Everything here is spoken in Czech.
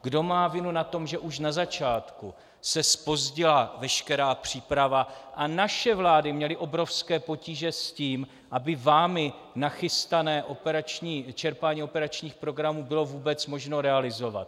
Kdo má vinu na tom, že už na začátku se zpozdila veškerá příprava a naše vlády měly obrovské potíže s tím, aby vámi nachystané čerpání operačních programů bylo vůbec možno realizovat?